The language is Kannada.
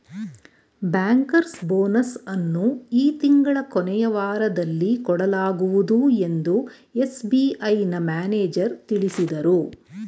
ಬ್ಯಾಂಕರ್ಸ್ ಬೋನಸ್ ಅನ್ನು ಈ ತಿಂಗಳ ಕೊನೆಯ ವಾರದಲ್ಲಿ ಕೊಡಲಾಗುವುದು ಎಂದು ಎಸ್.ಬಿ.ಐನ ಮ್ಯಾನೇಜರ್ ತಿಳಿಸಿದರು